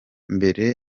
mbere